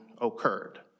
occurred